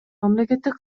мамлекеттик